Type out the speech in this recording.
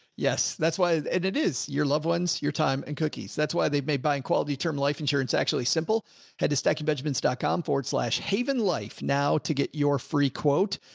yes. that's why it it is your loved ones. your time and cookies. that's why they've made buying quality term life insurance actually simple had to stack your benjamins dot com forward slash haven life. now to get your free quote,